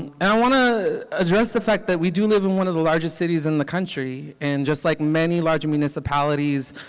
and i want to address the fact that we do live in one of the largest cities in the country, and just like many large municipalities,